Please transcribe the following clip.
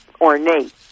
ornate